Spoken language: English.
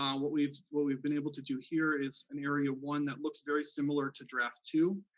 um what we've what we've been able to do here is in area one, that looks very similar to draft two,